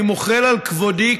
אני מוחל על כבודי,